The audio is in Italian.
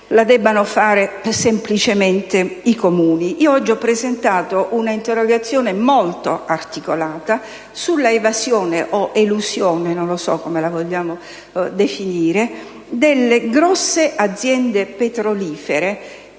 debbano farla semplicemente i Comuni. Proprio oggi ho presentato un'interrogazione molto articolata sull'evasione o elusione - non so come vogliamo definirla - delle grosse aziende petrolifere,